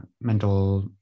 mental